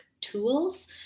tools